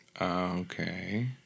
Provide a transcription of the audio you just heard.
Okay